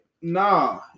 Nah